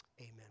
Amen